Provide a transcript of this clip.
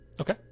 Okay